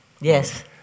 Yes